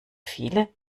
viele